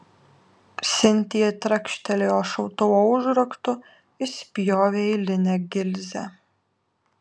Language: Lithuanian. sintija trakštelėjo šautuvo užraktu išspjovė eilinę gilzę